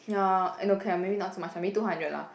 ya eh no okay maybe not so much I mean two hundred lah